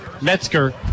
Metzger